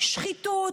שחיתות,